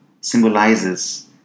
symbolizes